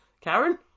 karen